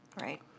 Right